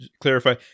clarify